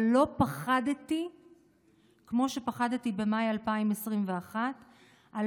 אבל לא פחדתי כמו שפחדתי במאי 2021 מה,